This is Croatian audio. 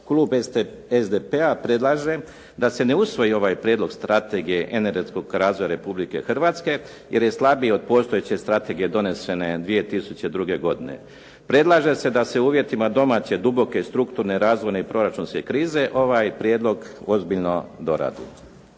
klub SDP-a predlaže da se ne usvoji ovaj prijedlog strategije energetskog razvoja Republike Hrvatske, jer je slabiji od postojeće strategije donešene 2002. godine. Predlaže se da se uvjetima domaće duboke, strukturne, razvojne i proračunske krize ovaj prijedlog ozbiljno doradi.